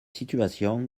situations